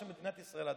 עכשיו,